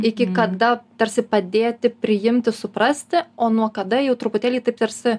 iki kada tarsi padėti priimti suprasti o nuo kada jau truputėlį taip tarsi